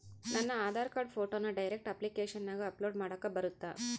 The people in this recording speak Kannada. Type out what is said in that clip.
ನನ್ನ ಆಧಾರ್ ಕಾರ್ಡ್ ಫೋಟೋನ ಡೈರೆಕ್ಟ್ ಅಪ್ಲಿಕೇಶನಗ ಅಪ್ಲೋಡ್ ಮಾಡಾಕ ಬರುತ್ತಾ?